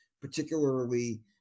particularly